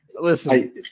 Listen